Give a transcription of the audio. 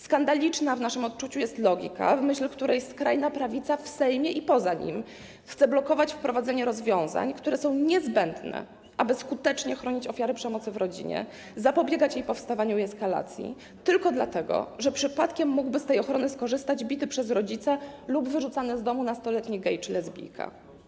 Skandaliczna w naszym odczuciu jest logika, w myśl której skrajna prawica w Sejmie i poza nim chce blokować wprowadzenie rozwiązań, które są niezbędne, aby skutecznie chronić ofiary przemocy w rodzinie, zapobiegać jej powstawaniu i eskalacji, tylko dlatego że przypadkiem mógłby z tej ochrony skorzystać bity przez rodzica lub wyrzucany z domu nastoletni gej czy lesbijka.